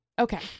okay